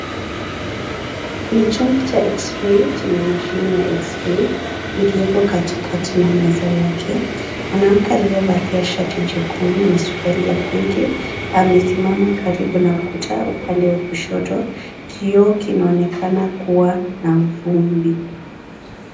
Ni chombo cha xray chenye mashine ya xray iliyoko katikati na meza yake. Mwanamke aliyevalia shati jekundu na suruali ya pinki amesimama karibu na ukuta upande wa kushoto. Kioo kinaonekana kuwa na vumbi.